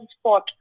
sport